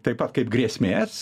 taip pat kaip grėsmės